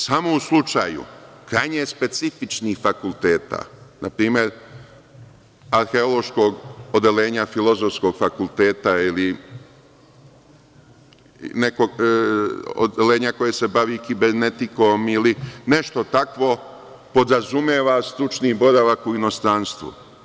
Samo u slučaju krajnje specifičnih fakulteta, na primer Arheološkog odeljenja Filozofskog fakulteta ili nekog odeljenja koje se bavi kibernetikom ili nešto takvo, podrazumeva stručni boravak u inostranstvu.